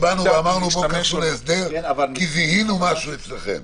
זה לא סתם חברה שאמרנו: תיכנסו להסדר כי זיהינו משהו אצלכם.